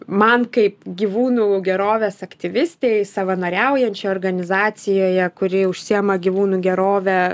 man kaip gyvūnų gerovės aktyvistei į savanoriaujančią organizacijoje kuri užsiima gyvūnų gerove